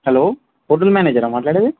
hello hotel మేనేజరా మాట్లాడేది